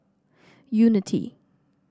unity